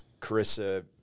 Carissa